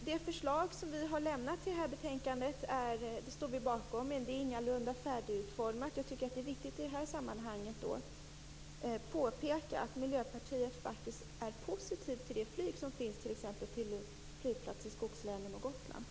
Det förslag vi har lämnat i det här betänkandet står vi bakom. Men det är ingalunda färdigutformat. Jag tycker att det är viktigt i det här sammanhanget att påpeka att Miljöpartiet faktiskt är positivt till det flyg som finns t.ex. till flygplatser i skogslänen och på